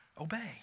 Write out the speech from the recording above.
obey